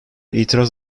itiraz